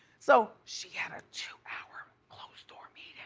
so, she had a two hour closed door meeting.